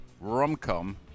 rom-com